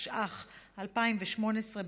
התשע"ח 2018,